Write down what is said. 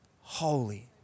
holy